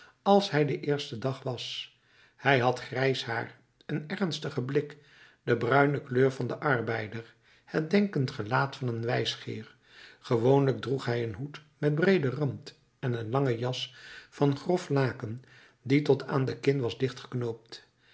als hij den eersten dag was hij had grijs haar een ernstigen blik de bruine kleur van den arbeider het denkend gelaat van een wijsgeer gewoonlijk droeg hij een hoed met breeden rand en een lange jas van grof laken die tot aan de kin was